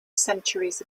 centuries